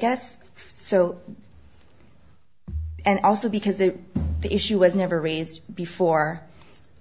guess so and also because the issue was never raised before